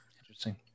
Interesting